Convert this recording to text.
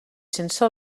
sense